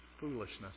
Foolishness